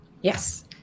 Yes